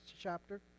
chapter